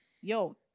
yo